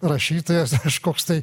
rašytojas kažkoks tai